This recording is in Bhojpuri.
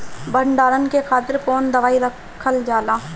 भंडारन के खातीर कौन दवाई रखल जाला?